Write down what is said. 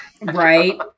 Right